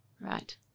Right